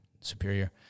superior